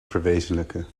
verwezenlijken